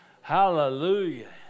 Hallelujah